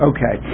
Okay